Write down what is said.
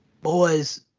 Boys